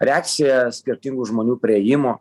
reakcija skirtingų žmonių priėjimo